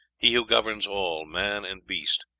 he who governs all, man and beast.